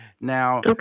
Now